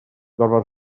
gorfod